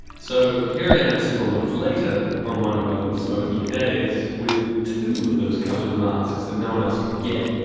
so here i am several months later on one of melbourne's smokier days with two of those coveted masks that no one else can get,